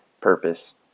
purpose